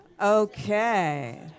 Okay